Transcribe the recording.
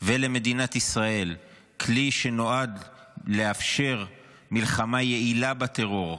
ולמדינת ישראל הוא כלי שנועד לאפשר מלחמה יעילה בטרור,